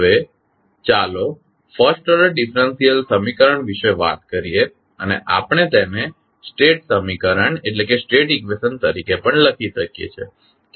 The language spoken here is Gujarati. હવે ચાલો ફર્સ્ટ ઓર્ડર ડિફરેંશિયલ સમીકરણ વિશે વાત કરીએ અને આપણે તેને સ્ટેટ સમીકરણ તરીકે પણ કહી શકીએ છે